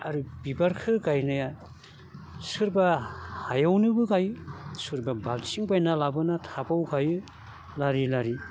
आरो बिबारखो गायनाया सोरबा हायावनोबो गायो सोरबा बालथिं बायना लाबोना थाबआव गायो लारि लारि